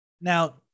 Now